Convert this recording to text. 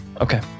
Okay